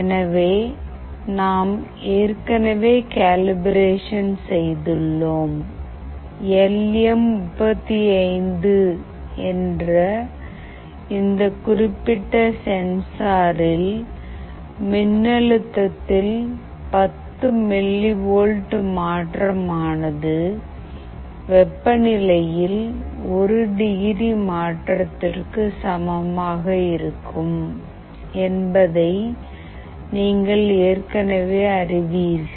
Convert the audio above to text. எனவே நாம் ஏற்கனவே கேலிப்ரேஷன் செய்துள்ளோம் எல் எம் 35 என்ற இந்த குறிப்பிட்ட சென்சாரில் மின்னழுத்தத்தில் 10 மில்லிவால்ட் மாற்றம் ஆனது வெப்பநிலையில் 1 டிகிரி மாற்றத்திற்கு சமமாக இருக்கும் என்பதை நீங்கள் ஏற்கனவே அறிவீர்கள்